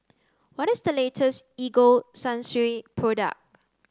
what is the latest Ego product